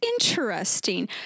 interesting